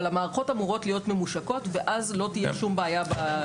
אבל המערכות אמורות להיות ממושקות ואז לא תהיה שום בעיה.